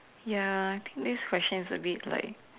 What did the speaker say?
ya I think this question is a bit like